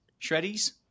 Shreddies